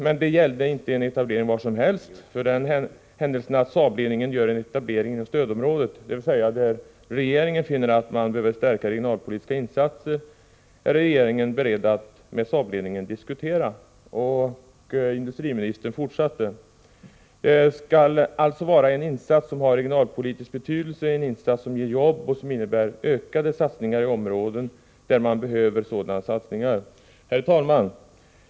Men det gällde inte en etablering var som helst. För den händelse att Saabledningen gör en etablering inom ett stödområde, dvs. där regeringen finner att man behöver stärkta regionalpolitiska insatser, är regeringen beredd att med Saabledningen diskutera en uppgörelse, sade industriministern. ”Det skall alltså vara en insats som har regionalpolitisk betydelse, en insats som ger nya jobb och som innebär ökade satsningar i områden där man behöver sådana satsningar.” Herr talman!